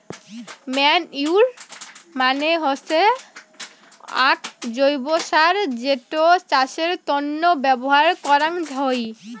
manure মানে হসে আক জৈব্য সার যেটো চাষের তন্ন ব্যবহার করাঙ হই